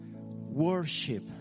Worship